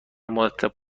مرتب